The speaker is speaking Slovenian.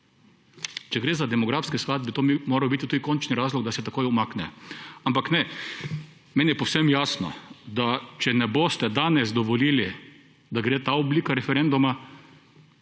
Če gre za demografski sklad bi to moral biti tudi končni razlog, da se takoj umakne, ampak ne. Meni je povsem jasno, da če ne boste danes dovolili, da gre ta oblika referenduma